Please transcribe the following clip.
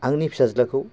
आंनि फिसाज्लाखौ